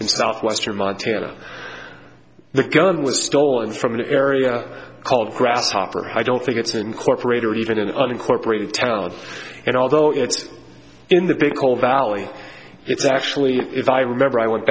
in southwestern montana the gun was stolen from an area called grasshopper i don't think it's an incorporated or even an unincorporated town and although it's in the big coal valley it's actually if i remember i went